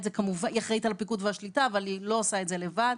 היא אחראית על הפיקוד והשליטה אבל היא לא עושה את זה לבד,